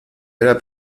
era